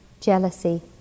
jealousy